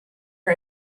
for